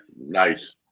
nice